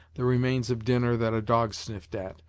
the remains of dinner that a dog sniffed at,